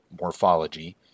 morphology